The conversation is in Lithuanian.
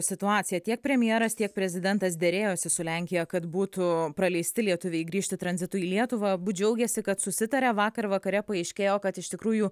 situaciją tiek premjeras tiek prezidentas derėjosi su lenkija kad būtų praleisti lietuviai grįžti tranzitu į lietuvą abu džiaugėsi kad susitarė vakar vakare paaiškėjo kad iš tikrųjų